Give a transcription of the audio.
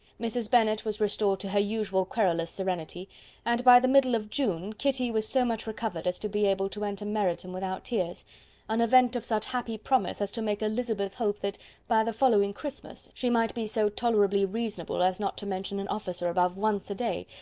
mrs. bennet was restored to her usual querulous serenity and, by the middle of june, kitty was so much recovered as to be able to enter meryton without tears an event of such happy promise as to make elizabeth hope that by the following christmas she might be so tolerably reasonable as not to mention an officer above once a day,